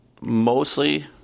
mostly